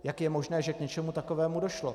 Jak je možné, že k něčemu takovému došlo?